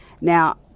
Now